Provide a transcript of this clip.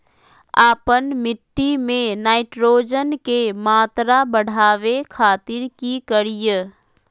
आपन मिट्टी में नाइट्रोजन के मात्रा बढ़ावे खातिर की करिय?